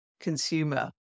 consumer